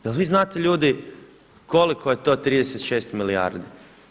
Jel vi znate ljudi koliko je to 36 milijardi?